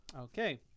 Okay